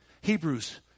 Hebrews